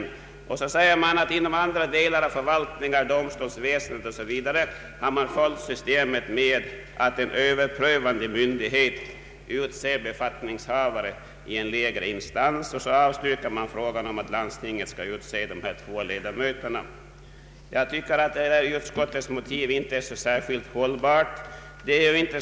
Utskottet säger också att systemet med att överprövande myndighet utser befattningshavare i en lägre instans har följts inom andra delar av förvaltningen, och så avstyrker man förslaget att landstingen skall utse de här aktuella två ledamöterna. Jag tycker att utskottets motiv i denna fråga inte är särskilt hållbart.